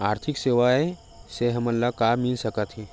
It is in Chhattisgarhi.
आर्थिक सेवाएं से हमन ला का मिल सकत हे?